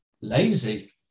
Lazy